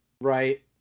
right